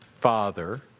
father